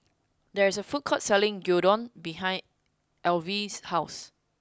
there is a food court selling Gyudon behind Alyvia's house